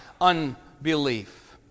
unbelief